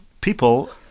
people